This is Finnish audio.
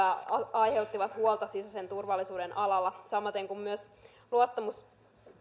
aiheuttivat huolta sisäisen turvallisuuden alalla samaten kuin myös luottamus viranomaisten